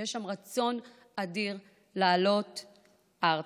ויש שם רצון אדיר לעלות ארצה.